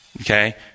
Okay